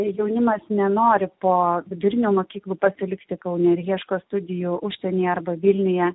jaunimas nenori po vidurinių mokyklų pasilikti kaune ir ieško studijų užsienyje arba vilniuje